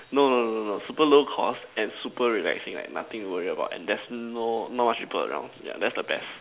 no no no no no super low cost and super relaxing right nothing to worry about and there's no not much people around yeah that's the best